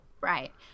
Right